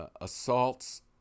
assaults